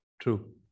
True